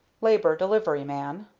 labor delivery man.